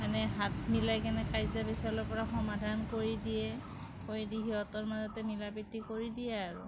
মানে হাত মিলাই কেনে কাজিয়া পেচালৰ পৰা সমাধান কৰি দিয়ে কৰি দি সিহঁতৰ মাজতে মিলাপ্ৰীতি কৰি দিয়ে আৰু